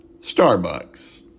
Starbucks